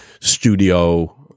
studio